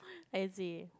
I see